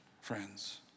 friends